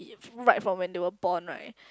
if right for vetiver pond right